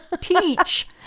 Teach